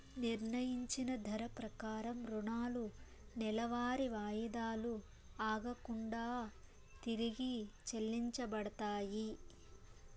నిర్ణయించిన ధర ప్రకారం రుణాలు నెలవారీ వాయిదాలు ఆగకుండా తిరిగి చెల్లించబడతాయి